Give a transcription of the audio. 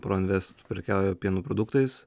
pro invest prekiauja pieno produktais